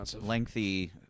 lengthy